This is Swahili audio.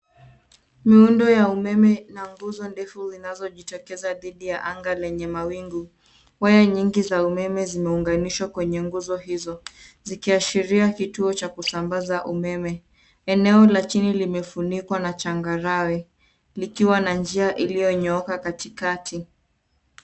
Miundo ya umeme na nguzo ndefu zinazojitokeza dhidi ya anga lenye mawingu. Waya nyingi za umeme zimeunganishwa kwenye nguzo hizo zikiashiria kituo cha kusambaza umeme. Eneo la chini limefunikwa na changarawe likiwa na njia iliyonyooka katikati.